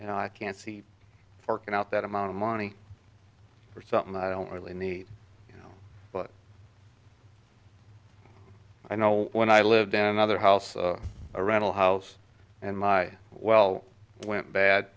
you know i can't see forking out that amount of money for something i don't really need but i know when i lived in another house a rattle house and my well went bad